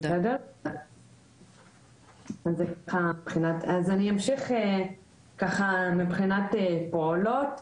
אז אני אמשיך מבחינת פעולות.